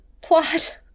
Plot